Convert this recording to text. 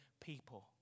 people